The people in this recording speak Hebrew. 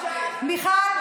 מיכל,